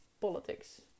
politics